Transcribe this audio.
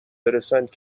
برسند